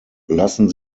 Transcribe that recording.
lassen